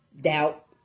Doubt